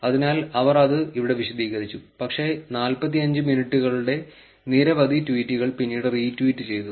അതിനാൽ അവർ അത് ഇവിടെ വിശദീകരിച്ചു പക്ഷേ 45 മിനിറ്റുകളുടെ നിരവധി ട്വീറ്റുകൾ പിന്നീട് റീട്വീറ്റ് ചെയ്തു